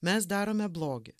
mes darome blogį